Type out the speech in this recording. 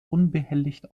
unbehelligt